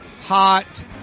hot